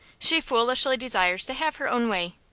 she foolishly desires to have her own way.